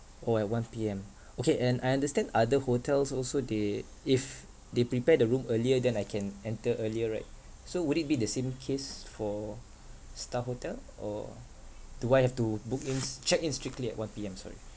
orh at one P_M okay and I understand other hotels also they if they prepare the room earlier then I can enter earlier right so would it be the same case for star hotel or do I have to book ins check in strictly at one P_M sorry